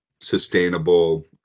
sustainable